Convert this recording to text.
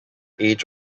age